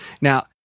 now